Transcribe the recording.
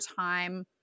time